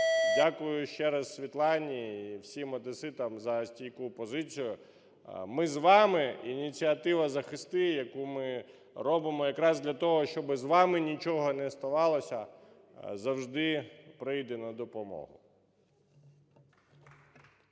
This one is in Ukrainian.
Дякую ще раз Світлані і всім одеситам за стійку позицію. Ми з вами, і ініціатива "Захисти", яку ми робимо якраз для того, щоб з вами нічого не ставалося, завжди прийде на допомогу.